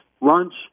lunch